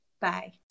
Bye